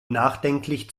nachdenklich